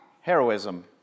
heroism